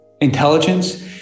intelligence